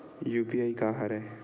UPI का हरय?